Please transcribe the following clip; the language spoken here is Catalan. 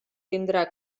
tindrà